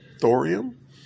thorium